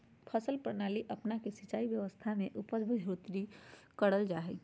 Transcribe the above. फसल प्रणाली अपना के सिंचाई व्यवस्था में उपज बढ़ोतरी करल जा हइ